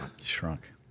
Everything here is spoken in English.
Shrunk